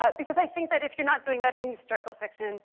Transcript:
but because i think that if you're not doing that in historical fiction,